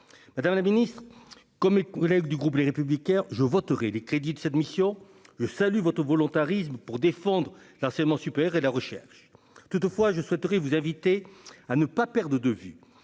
Madame la ministre, comme mes collègues du groupe Les Républicains, je voterai les crédits de cette mission. Je salue votre volontarisme pour défendre l'enseignement supérieur et la recherche. Toutefois, je vous exhorte à ne pas perdre de vue